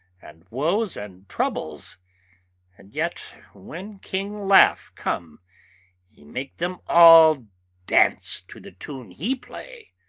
and woes, and troubles and yet when king laugh come he make them all dance to the tune he play.